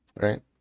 Right